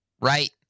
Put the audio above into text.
Right